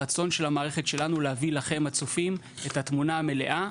הרצון של המערכת שלנו להביא לכם הצופים את התמונה המלאה.